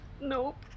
Nope